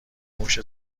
موش